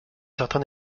certain